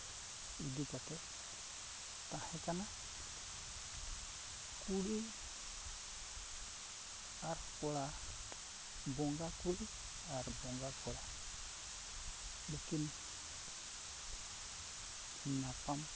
ᱤᱫᱤ ᱠᱟᱛᱮᱫ ᱛᱟᱦᱮᱸ ᱠᱟᱱᱟ ᱠᱩᱲᱤ ᱟᱨ ᱠᱚᱲᱟ ᱵᱚᱸᱜᱟ ᱠᱩᱲᱤ ᱟᱨ ᱵᱚᱸᱜᱟ ᱠᱚᱲᱟ ᱱᱩᱠᱤᱱ ᱧᱟᱯᱟᱢ